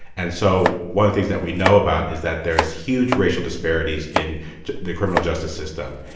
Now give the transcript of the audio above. and so one of things that we know about is that there is huge racial disparities in the criminal justice system.